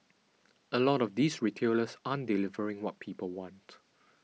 a lot of these retailers aren't delivering what people want